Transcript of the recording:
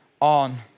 on